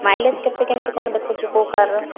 mileage କେତେ କେମିତି କ'ଣ ଦେଖାଉଛି କେଉଁ କାର୍ର